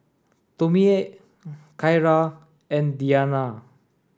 Tomie Kyra and Deana